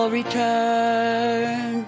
return